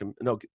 No